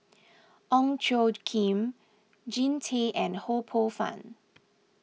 Ong Tjoe Kim Jean Tay and Ho Poh Fun